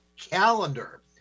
calendar